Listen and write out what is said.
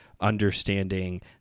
understanding